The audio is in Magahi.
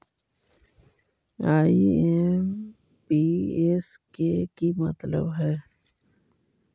आई.एम.पी.एस के कि मतलब है?